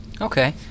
Okay